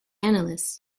analysts